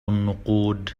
النقود